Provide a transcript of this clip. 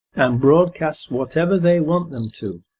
and broadcasts whatever they want them to.